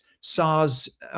SARS